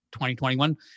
2021